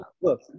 Look